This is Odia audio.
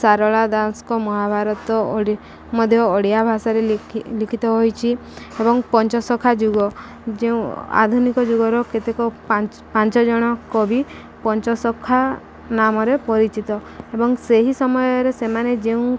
ସାରଳା ଦାସଙ୍କ ମହାଭାରତ ମଧ୍ୟ ଓଡ଼ିଆ ଭାଷାରେି ଲିଖିତ ହୋଇଛି ଏବଂ ପଞ୍ଚଶଖା ଯୁଗ ଯେଉଁ ଆଧୁନିକ ଯୁଗର କେତେକ ପାଞ୍ଚ ଜଣ କବି ପଞ୍ଚଶଖା ନାମରେ ପରିଚିତ ଏବଂ ସେହି ସମୟରେ ସେମାନେ ଯେଉଁ